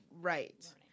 Right